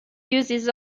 uses